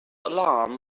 alarm